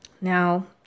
Now